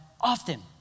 often